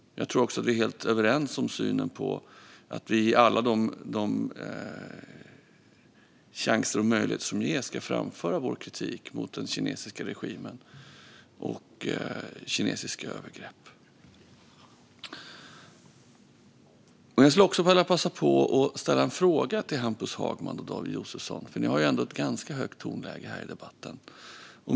Jag tror också att vi är helt överens om att vi ska ta alla chanser och möjligheter som ges att framföra vår kritik mot den kinesiska regimen och mot kinesiska övergrepp. Jag vill också passa på att ställa en fråga till Hampus Hagman och David Josefsson, för ni har ju ändå ett ganska högt tonläge här i debatten.